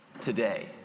today